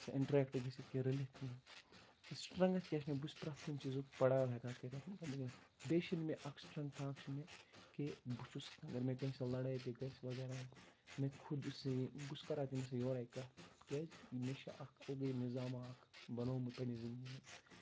سُہ اِنٹرٛیکٹ گٔژھِتھ کینٛہہ رٔلِتھ کینٛہہ تہٕ سٹرٛنٛگتھ کیٛاہ چھِ مےٚ بہٕ چھُس پرٮ۪تھ کُنہِ چیٖزُک پَڑاو ہٮ۪کان کٔرِتھ بیٚیہِ چھِنہٕ مےٚ اَکھ سٹرٛنٛگتھا اَکھ چھِ مےٚ کہِ بہٕ چھُس اگر مےٚ کٲنٛسہِ سۭتۍ لَڑٲے تہِ گژھِ وغیرہ میں خود اُس سے یہ بہٕ چھُس تٔمِس سۭتۍ کَران یورَے کَتھ کیٛازکہِ مےٚ چھِ اَکھ الگٕے نظامہ اَکھ بنومُت پنٛنہِ زِندگی منٛز